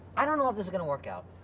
i don't know if this is gonna work out.